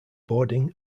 boarding